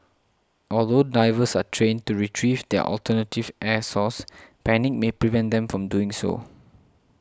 although divers are trained to retrieve their alternative air source panic may prevent them from doing so